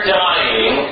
dying